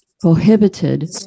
prohibited